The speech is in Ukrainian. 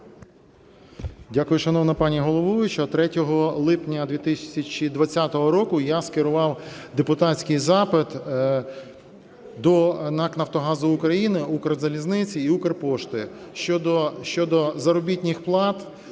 Дякую, шановна пані головуюча. 3 липня 2020 року я скерував депутатський запит до НАК "Нафтогазу України", "Укрзалізниці" і "Укрпошти" щодо заробітних плат